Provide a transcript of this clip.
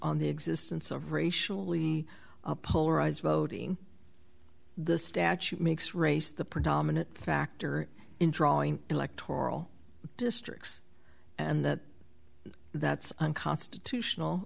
on the existence of racially polarized voting the statute makes race the predominant factor in drawing electoral districts and that that's unconstitutional